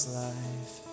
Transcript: life